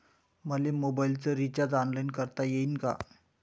मले मोबाईलच recharge online करता येईन का?